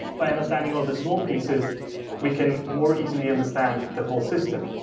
by understanding all the small pieces we can more easily understand the whole system.